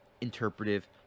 interpretive